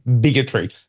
bigotry